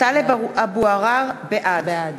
בעד